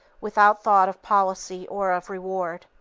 without thought of policy or of reward.